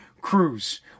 Cruz